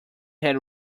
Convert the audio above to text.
had